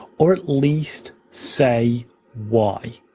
or at least say why.